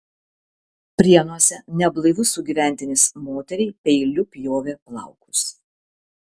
prienuose neblaivus sugyventinis moteriai peiliu pjovė plaukus